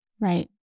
Right